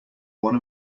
one